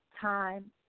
time